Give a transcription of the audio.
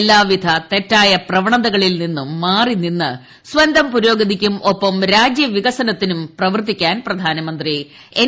എല്ലാവിധ തെറ്റായ പവണതകളിൽ നിന്നും മാറി നിന്ന് സ്വന്തം പുരോഗതിക്കും ഒപ്പം രാജ്യ വികസനത്തിനും പ്രവർത്തിക്കാൻ പ്രധാനമന്ത്രി എൻ